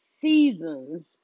seasons